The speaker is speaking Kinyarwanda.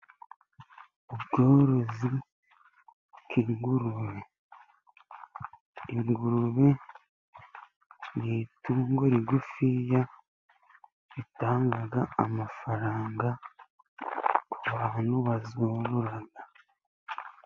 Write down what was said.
Ubworozi bw'ingurube, ingurube ni itungo rigufiya, ritanga amafaranga, ku bantu bazorora.